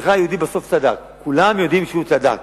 מרדכי היהודי בסוף צדק, כולם יודעים שהוא צדק.